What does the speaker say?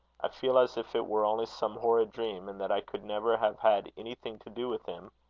i feel as if it were only some horrid dream, and that i could never have had anything to do with him.